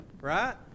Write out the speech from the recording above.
Right